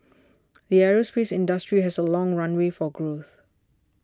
the aerospace industry has a long runway for growth